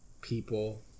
people